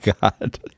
God